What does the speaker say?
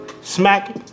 Smack